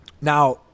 Now